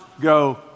go